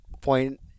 point